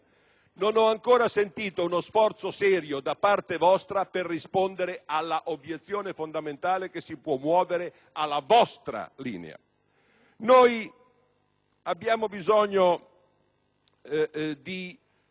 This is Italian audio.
non ho ancora sentito uno sforzo serio da parte vostra per rispondere all'obiezione fondamentale che si può muovere alla vostra linea. Abbiamo bisogno di